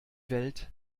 welt